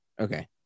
Okay